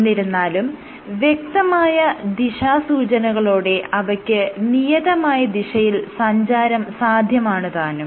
എന്നിരുന്നാലും വ്യക്തമായ ദിശാസൂചനകളോടെ അവയ്ക്ക് നിയതമായ ദിശയിൽ സഞ്ചാരം സാധ്യമാണുതാനും